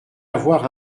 avoir